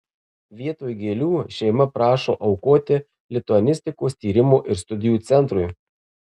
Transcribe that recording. vietoj gėlių šeima prašo aukoti lituanistikos tyrimo ir studijų centrui